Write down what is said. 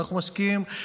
אנחנו משקיעים.